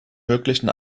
möglichen